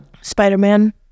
Spider-Man